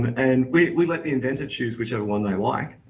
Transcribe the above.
and we we let the inventor choose whichever one they like.